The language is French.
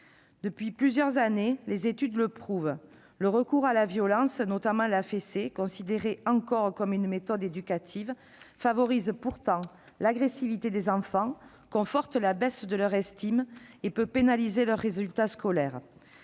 Depuis plusieurs années, les études le prouvent : le recours à la violence, notamment la fessée considérée encore comme une méthode éducative, favorise pourtant l'agressivité des enfants, conforte la baisse de leur estime et peut pénaliser leurs résultats scolaires.